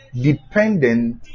dependent